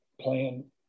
playing